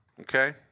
Okay